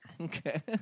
Okay